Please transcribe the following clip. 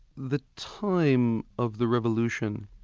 the time of the revolution,